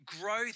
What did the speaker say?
growth